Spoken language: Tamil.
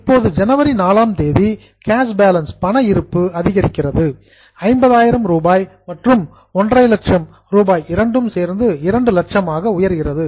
இப்போது ஜனவரி 4 ஆம் தேதி கேஷ் பேலன்ஸ் பண இருப்பு அதிகரிக்கிறது 50000 மற்றும் 150 இரண்டும் சேர்ந்து 200000 ஆக உயர்கிறது